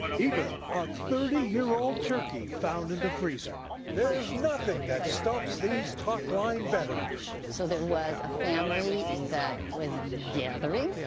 even a thirty year old turkey found in the freezer. there is nothing that stumps these talk line veterans. so there was a family that was gathering.